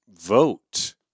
vote